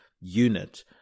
unit